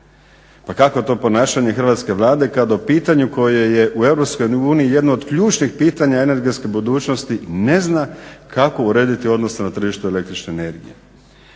Pa kakvo je to ponašanje hrvatske Vlade kad o pitanju koje je u EU jedno od ključnih pitanja energetske budućnosti ne zna kako urediti odnose na tržištu električne energije.